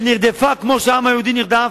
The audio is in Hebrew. שנרדפה כמו שהעם היהודי נרדף,